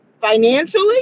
financially